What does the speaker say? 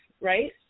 right